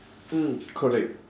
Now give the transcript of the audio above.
mm correct